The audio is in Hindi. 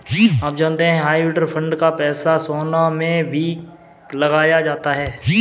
आप जानते है हाइब्रिड फंड का पैसा सोना में भी लगाया जाता है?